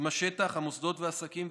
עם השטח, המוסדות והעסקים.